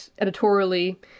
editorially